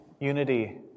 unity